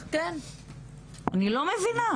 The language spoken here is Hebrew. אני לא מבינה.